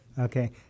Okay